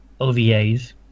OVAs